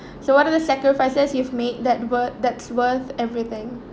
so what are the sacrifices you've made that wor~ that's worth everything